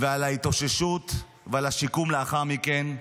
על ההתאוששות ועל השיקום לאחר מכן,